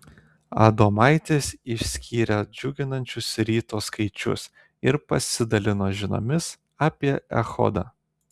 adomaitis išskyrė džiuginančius ryto skaičius ir pasidalino žiniomis apie echodą